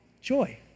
joy